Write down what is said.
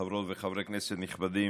חברות וחברי כנסת נכבדים,